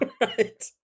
right